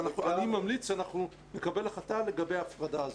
אני ממליץ שאנחנו נקבל החלטה לגבי ההפרדה הזו,